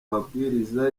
mabwiriza